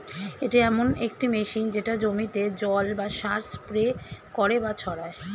এটি এমন একটি মেশিন যেটা জমিতে জল বা সার স্প্রে করে বা ছড়ায়